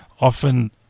often